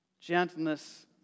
Gentleness